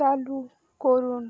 চালু করুন